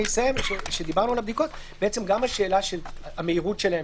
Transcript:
גם השאלה של המהירות שלהן,